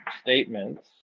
statements